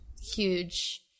huge